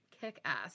kick-ass